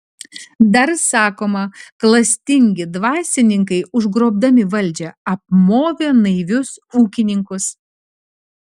dar sakoma klastingi dvasininkai užgrobdami valdžią apmovė naivius ūkininkus